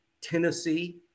Tennessee